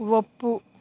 ಒಪ್ಪು